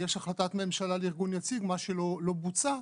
יש החלטת ממשלה על ארגון יציג, מה שלא בוצע.